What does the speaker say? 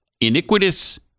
iniquitous